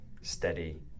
steady